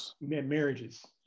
marriages